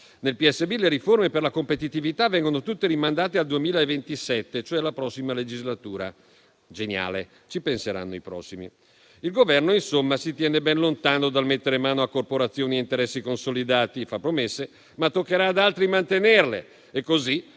bilancio le riforme per la competitività vengono tutte rimandate al 2027, cioè alla prossima legislatura: geniale, ci penseranno i prossimi. Il Governo, insomma, si tiene ben lontano dal mettere mano a corporazioni e interessi consolidati; fa promesse, ma toccherà ad altri mantenerle e così